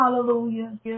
Hallelujah